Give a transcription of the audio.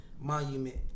monument